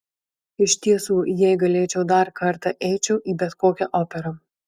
iš tiesų jei galėčiau dar kartą eičiau į bet kokią operą